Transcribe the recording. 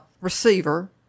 receiver